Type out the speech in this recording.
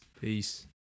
Peace